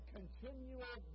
continual